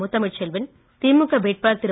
முத்தமிழ்ச் செல்வன் திமுக வேட்பாளர் திரு